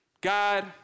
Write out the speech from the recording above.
God